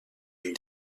une